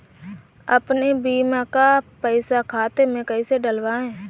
अपने बीमा का पैसा खाते में कैसे डलवाए?